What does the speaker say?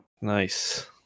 Nice